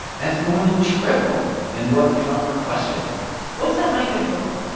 that's more than triple than what trump requested what's that money going to go for?